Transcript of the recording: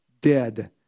dead